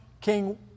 king